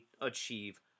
achieve